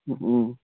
ꯎꯝꯎꯝ